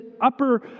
upper